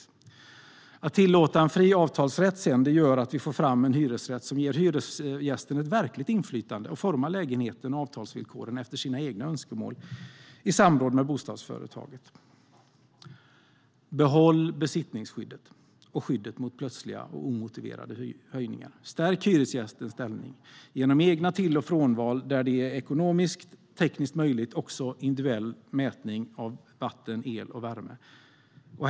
Att sedan tillåta fri avtalsrätt gör att vi får fram en hyresrätt som ger hyresgästen ett verkligt inflytande och en möjlighet att forma lägenheten och avtalsvillkoren efter sina egna önskemål i samråd med bostadsföretaget. För det sjätte vill vi behålla besittningsskyddet och skyddet mot plötsliga och omotiverade höjningar, stärka hyresgästens ställning genom egna till och frånval och tillämpa individuell mätning av vatten, el och värme där det är ekonomiskt och tekniskt möjligt.